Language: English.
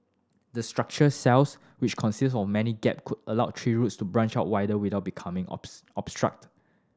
the structure cells which consist of many gap could allow tree roots to branch out wider without becoming opts obstructed